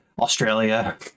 Australia